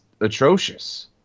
atrocious